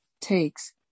takes